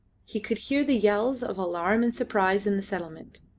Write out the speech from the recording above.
he could hear the yells of alarm and surprise in the settlement.